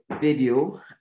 video